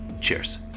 Cheers